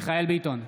מיכאל מרדכי ביטון,